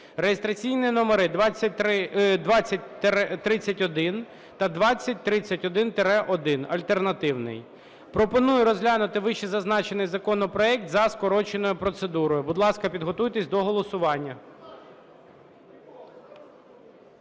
(реєстраційні номери 2031 та 2031-1 альтернативний). Пропоную розглянути вищезазначений законопроект за скороченою процедурою. Будь ласка, підготуйтесь до голосування.